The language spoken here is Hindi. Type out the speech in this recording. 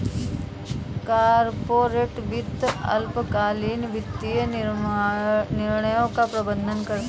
कॉर्पोरेट वित्त अल्पकालिक वित्तीय निर्णयों का प्रबंधन करता है